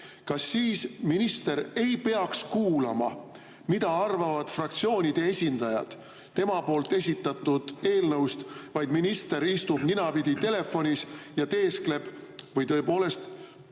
kas siis minister ei peaks kuulama, mida arvavad fraktsioonide esindajad tema esitletud eelnõust? Minister istub ninapidi telefonis ja teeskleb või tõepoolest